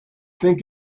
think